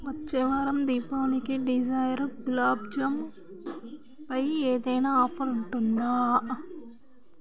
వచ్చే వారం దీపావళికి డిజైర్ గులాబ్ జామ్ పై ఏదైనా ఆఫర్ ఉంటుందా